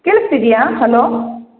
ಕೇಳಿಸ್ತಿದೆಯಾ hello